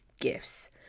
gifts